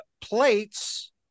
plates